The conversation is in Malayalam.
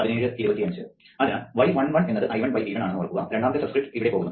അതിനാൽ y11 എന്നത് I1V1 ആണ് ഓർക്കുക രണ്ടാമത്തെ സബ് സ്ക്രിപ്റ്റ് ഇവിടെ പോകുന്നു